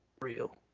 real